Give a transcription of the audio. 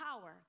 power